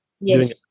Yes